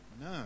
no